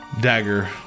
Dagger